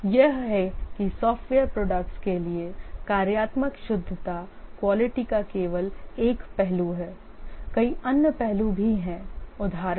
उत्तर यह है कि सॉफ्टवेयर प्रोडक्ट्स के लिए कार्यात्मक शुद्धता क्वालिटी का केवल एक पहलू है कई अन्य पहलू भी हैं